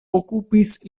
okupis